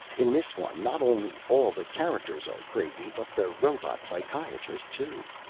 in this one not only all the characters are crazy but the robot psychiatrist too.